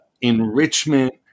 enrichment